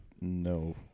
no